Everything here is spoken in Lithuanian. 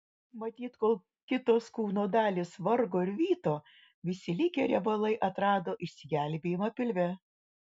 matyt kol kitos kūno dalys vargo ir vyto visi likę riebalai atrado išsigelbėjimą pilve